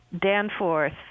Danforth